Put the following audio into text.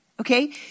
Okay